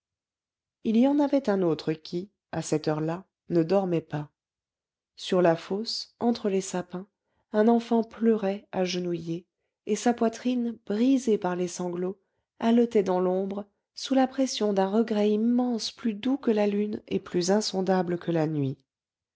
il y en avait un autre qui à cette heure-là ne dormait pas sur la fosse entre les sapins un enfant pleurait agenouillé et sa poitrine brisée par les sanglots haletait dans l'ombre sous la pression d'un regret immense plus doux que la lune et plus insondable que la nuit